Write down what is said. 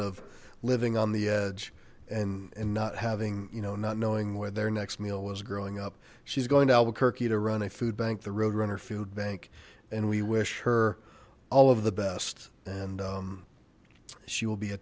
of living on the edge and and not having you know not knowing where their next meal was growing up she's going to albuquerque to run a food bank the roadrunner food bank and we wish her all of the best and she will be a